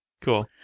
cool